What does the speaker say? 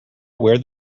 where